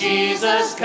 Jesus